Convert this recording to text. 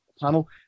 panel